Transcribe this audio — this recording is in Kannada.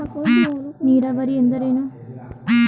ನೀರಾವರಿ ಎಂದರೇನು?